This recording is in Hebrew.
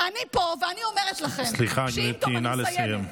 אני פה ואני אומרת לכם, סליחה, גברתי, נא לסיים.